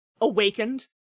awakened